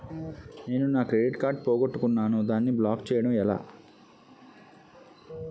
నేను నా credit card పోగొట్టుకున్నాను దానిని బ్లాక్ చేయడం ఎలా?